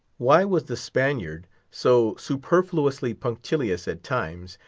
why was the spaniard, so superfluously punctilious at times,